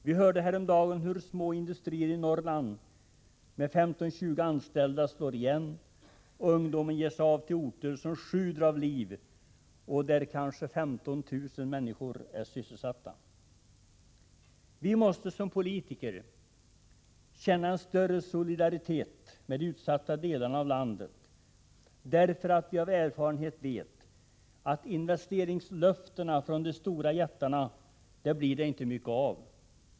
Vi hörde häromdagen hur små industrier i Norrland med 15-20 anställda slår igen, och ungdomen ger sig av till orter som sjuder av liv och där kanske 15 000 människor är sysselsatta. Vi måste som politiker känna en större solidaritet med de utsatta delarna av landet, eftersom vi av erfarenhet vet att det inte blir mycket av investeringslöftena från de stora jättarna.